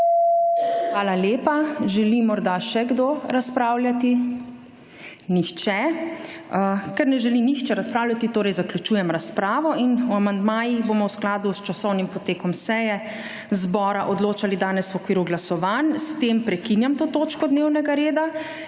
Hvala lepa. Želi morda še kdo razpravljati? (Ne.) Nihče. Ker ne želi nihče razpravljati, torej zaključujem razpravo in o amandmajih bomo v skladu s časovnim potekom seje zbora odločali danes, v okviru glasovanj. S tem prekinjam to točko dnevnega reda.